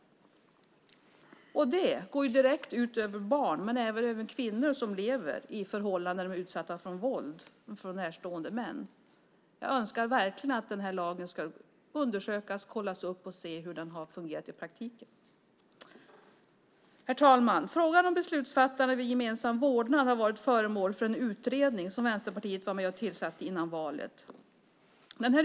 Detta går direkt ut över barn och även över kvinnor som lever i förhållanden där de är utsatta för våld från närstående män. Jag önskar verkligen att lagen ska undersökas och kollas upp så att vi kan se hur den har fungerat i praktiken. Herr talman! Frågan om beslutsfattande vid gemensam vårdnad har varit föremål för en utredning som Vänsterpartiet var med och tillsatte före valet.